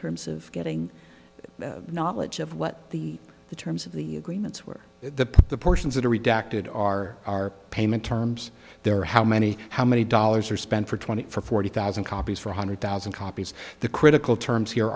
terms of getting knowledge of what the the terms of the agreements were the the portions that are redacted are our payment terms there are how many how many dollars are spent for twenty for forty thousand copies for hundred thousand copies the critical terms here